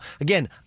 again